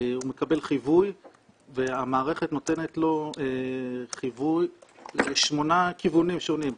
הוא מקבל חיווי והמערכת נותנת לו חיווי לשמונה כיוונים שונים,